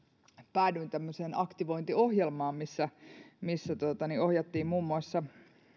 päädyin tämmöiseen aktivointiohjelmaan missä missä ohjattiin muun muassa